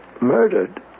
murdered